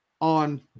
on